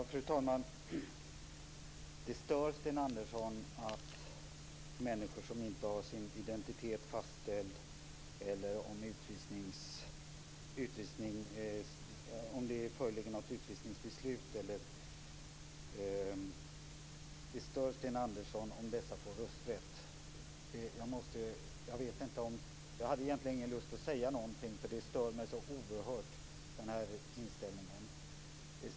Fru talman! Det stör Sten Andersson att människor som inte har fått sin identitet fastställd eller att människor för vilka det föreligger ett utvisningsbeslut har rösträtt. Jag hade egentligen inte lust att säga någonting, eftersom denna inställning stör mig så oerhört mycket.